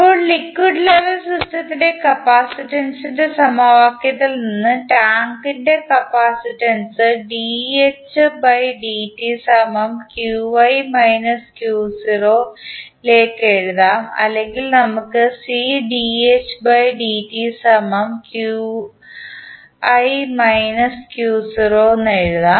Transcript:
ഇപ്പോൾ liquid level സിസ്റ്റത്തിൻറെ കപ്പാസിറ്റൻസിൻറെ സമവാക്യത്തിൽ നിന്ന് ടാങ്കിൻറെ കപ്പാസിറ്റൻസ് ലേക്ക് എഴുതാം അല്ലെങ്കിൽ നമുക്ക് എഴുതാം